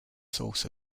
source